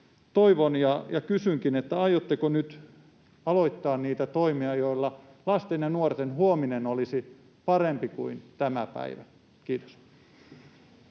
toivon ja kysynkin: aiotteko nyt aloittaa niitä toimia, joilla lasten ja nuorten huominen olisi parempi kuin tämä päivä? — Kiitos.